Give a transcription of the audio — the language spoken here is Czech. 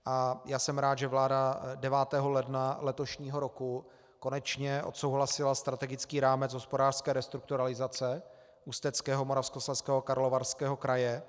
A já jsem rád, že vláda 9. ledna letošního roku konečně odsouhlasila strategický rámec hospodářské restrukturalizace Ústeckého, Moravskoslezského, Karlovarského kraje.